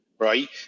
Right